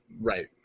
Right